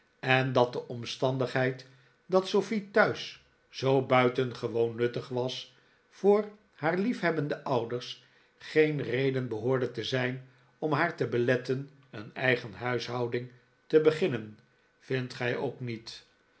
en dat de omstandigheid dat sofie thuis zoo buitengewoon nuttig was voor haar liefhebbende ouders geen reden behoorde te zijn om haar te beletten een eigen huishouden te beginnen vindt gij ook niet